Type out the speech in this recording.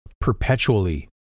perpetually